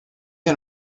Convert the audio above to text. and